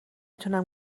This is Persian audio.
تونم